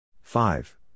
Five